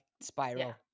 spiral